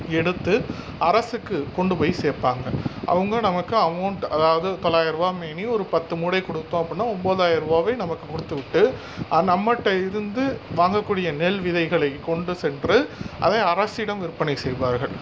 எடுத்து அரசுக்கு கொண்டு போய் சேர்ப்பாங்க அவங்க நமக்கு அமௌன்ட் அதாவது தொள்ளயிருவா மேனி ஒரு பத்து மூட்டை கொடுத்தோம் அப்படின்னா ஒம்போதாயிருவாவே நமக்கு கொடுத்து விட்டு நம்மள்கிட்ட இருந்து வாங்க கூடிய நெல் விதைகளை கொண்டு சென்று அதை அரசிடம் விற்பனை செய்வார்கள்